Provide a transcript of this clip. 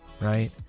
right